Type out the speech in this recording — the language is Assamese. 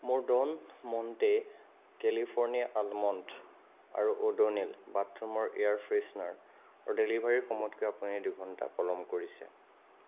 মোৰ ড'ন ম'ণ্টে কেলিফ'ৰ্ণিয়া আলমণ্ড আৰু ওডোনিল বাথৰুমৰ এয়াৰ ফ্ৰেছনাৰ ডেলিভাৰীৰ সময়তকৈ আপুনি দুঘণ্টা পলম কৰিছে